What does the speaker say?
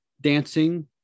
dancing